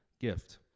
gift